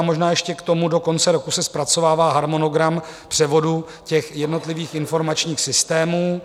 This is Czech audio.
Možná ještě k tomu: do konce roku se zpracovává harmonogram převodu jednotlivých informačních systémů.